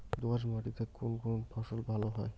দোঁয়াশ মাটিতে কোন কোন ফসল ভালো হয়?